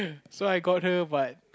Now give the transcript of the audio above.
so I got her but